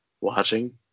watching